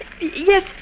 Yes